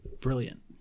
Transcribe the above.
Brilliant